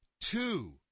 two